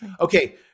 okay